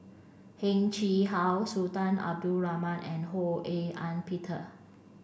Heng Chee How Sultan Abdul Rahman and Ho A Ean Peter